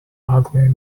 ugly